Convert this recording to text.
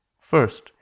First